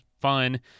fun